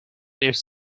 its